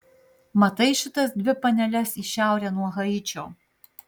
matai šitas dvi paneles į šiaurę nuo haičio